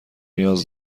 نیاز